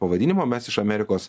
pavadinimo mes iš amerikos